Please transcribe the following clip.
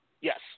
Yes